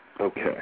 Okay